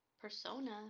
persona